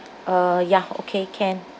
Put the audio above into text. uh ya okay can